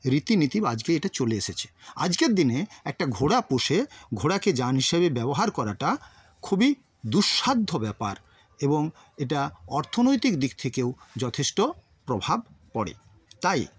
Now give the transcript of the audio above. রীতিনীতি বা আজকে এটা চলে এসেছে আজকের দিনে একটা ঘোড়া পুষে ঘোড়াকে যান হিসাবে ব্যবহার করাটা খুবই দুঃসাধ্য ব্যাপার এবং এটা অর্থনৈতিক দিক থেকেও যথেষ্ট প্রভাব পড়ে তাই